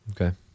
Okay